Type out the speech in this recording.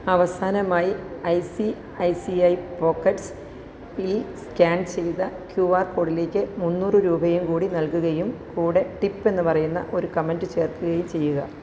അവസാനമായി I C I C I പോക്കറ്റ്സില് scan ചെയ്ത ക്യു ആർ കോഡിലേക്ക് മുന്നൂറു രൂപയും കൂടി നൽകുകയും കൂടെ ടിപ്പെന്ന് പറയുന്ന ഒരു കമൻറ്റ് ചേർക്കുകയും ചെയ്യുക